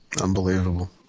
Unbelievable